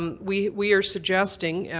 um we we are suggesting,